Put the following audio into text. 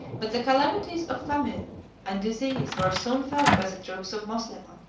but the calamities of famine and disease were soon felt by the troops of moslemah,